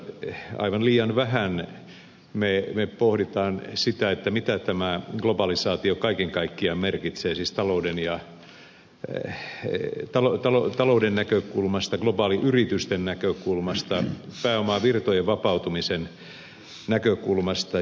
minusta aivan liian vähän me pohdimme sitä mitä tämä globalisaatio kaiken kaikkiaan merkitsee talouden näkökulmasta globaaliyritysten näkökulmasta pääomavirtojen vapautumisen näkökulmasta